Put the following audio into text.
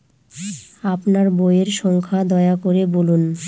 আপনার বইয়ের সংখ্যা দয়া করে বলুন?